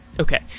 Okay